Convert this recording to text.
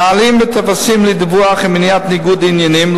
נהלים וטפסים לדיווח ומניעת ניגוד עניינים,